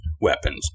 weapons